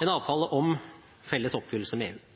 En avtale om felles oppfyllelse med EU